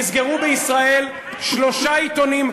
נסגרו בישראל שלושה עיתונים.